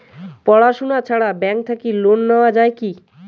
পড়াশুনা ছাড়া ব্যাংক থাকি লোন নেওয়া যায় কি?